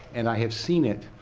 and i have seen it,